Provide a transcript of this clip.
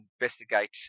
investigate